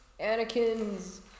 Anakin's